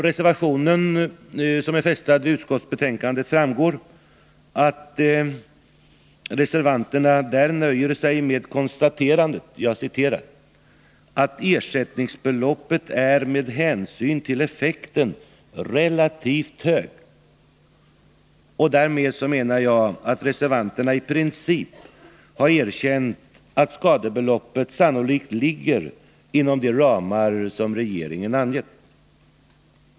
Reservanterna nöjer sig på den punkten med konstaterandet att ersättningsbeloppet är ”med hänsyn till de Nr 27 uppnådda effekterna relativt högt”. Därmed menar jag att reservanterna i Onsdagen den princip har erkänt att beloppet sannolikt ligger inom de ramar som 19 november 1980 regeringen angivit.